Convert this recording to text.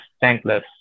thankless